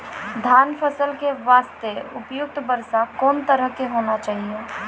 धान फसल के बास्ते उपयुक्त वर्षा कोन तरह के होना चाहियो?